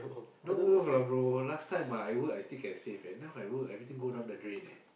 not worth lah bro last time ah I work still can save eh now I work everything go down the drain eh